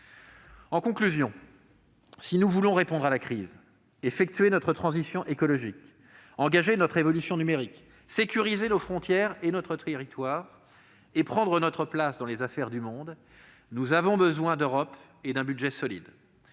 collègues, si nous voulons répondre à la crise, effectuer notre transition écologique, engager notre évolution numérique, sécuriser nos frontières et notre territoire et prendre notre place dans les affaires du monde, nous avons besoin d'Europe et d'un budget solide.